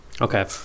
Okay